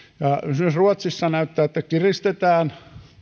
esimerkiksi ruotsissa näyttää että kiristetään